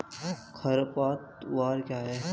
खरपतवार क्या है?